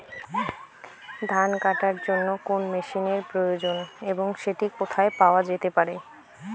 ধান কাটার জন্য কোন মেশিনের প্রয়োজন এবং সেটি কোথায় পাওয়া যেতে পারে?